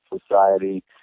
society